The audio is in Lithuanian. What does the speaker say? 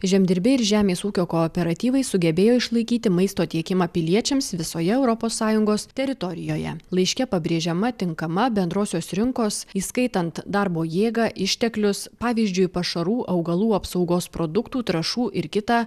žemdirbiai ir žemės ūkio kooperatyvai sugebėjo išlaikyti maisto tiekimą piliečiams visoje europos sąjungos teritorijoje laiške pabrėžiama tinkama bendrosios rinkos įskaitant darbo jėga išteklius pavyzdžiui pašarų augalų apsaugos produktų trąšų ir kitą